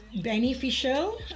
beneficial